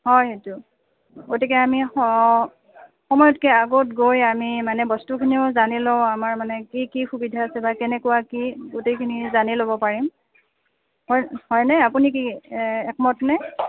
হয় সেইটো গতিকে আমি স সময়তকৈ আগত গৈ আমি মানে বস্তুখিনিও জানি লওঁ আমাৰ মানে কি কি সুবিধা আছে বা কেনেকুৱা কি গোটেইখিনি জানি ল'ব পাৰিম হয় হয়নে আপুনি কি একমত নে